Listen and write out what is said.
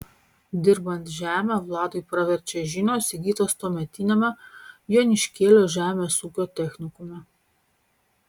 dirbant žemę vladui praverčia žinios įgytos tuometiniame joniškėlio žemės ūkio technikume